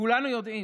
כולנו יודעים,